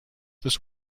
this